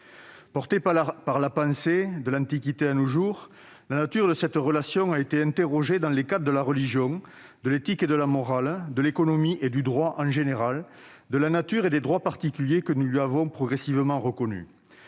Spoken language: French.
Portée par la pensée, de l'Antiquité à nos jours, la nature de cette relation a été interrogée dans le cadre de la religion, de l'éthique et de la morale, de l'économie et du droit en général, de la nature et des droits particuliers que nous lui avons progressivement reconnus.